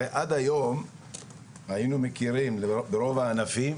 הרי עד היום היינו מכירים, ברוב הענפים,